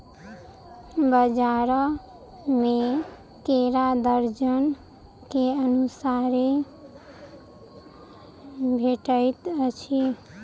बजार में केरा दर्जन के अनुसारे भेटइत अछि